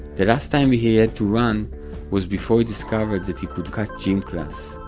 the last time he had run was before he discovered that he could cut gym class,